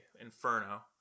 inferno